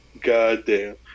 goddamn